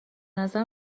نظر